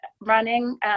running